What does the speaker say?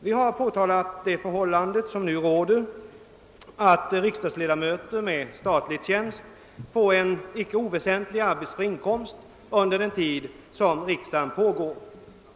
Vi har påtalat det förhållande som nu råder, att riksdagsledamöter med statlig tjänst får en icke oväsentlig arbetsfri inkomst under den tid som riksdagen pågår.